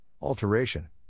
alteration